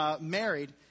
Married